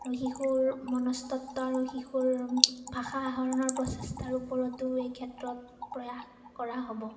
আৰু শিশুৰ মনস্তত্ত্ব আৰু শিশুৰ ভাষা আহৰণৰ প্ৰচেষ্টাৰ ওপৰতো এই ক্ষেত্ৰত প্ৰয়াস কৰা হ'ব